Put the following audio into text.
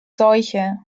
seuche